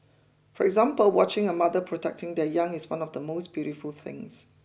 for example watching a mother protecting the young is one of the most beautiful things